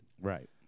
Right